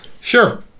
Sure